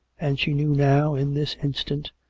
and she knew now, in this instant,